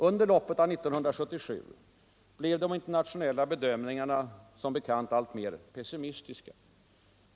Under loppet av 1977 blev de internationella bedömningarna som bekant alltmer pessimistiska.